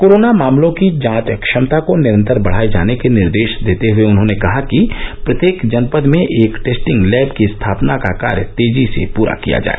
corona मामलों की जांच क्षमता को निरंतर बढ़ाए जाने के निर्देश देते हए उन्होंने कहा कि प्रत्येक जनपद में एक टेस्टिंग लैब की स्थापना का कार्य तेजी से पूरा किया जाए